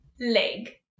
leg